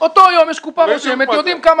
באותו יום יש קופה רושמת ויודעים כמה